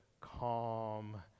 calm